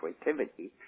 creativity